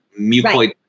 mucoid